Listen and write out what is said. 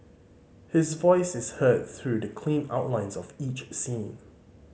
his voice is heard through the clean outlines of each scene